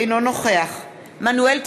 אינו נוכח מנואל טרכטנברג,